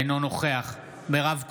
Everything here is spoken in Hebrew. אינו נוכח מירב כהן,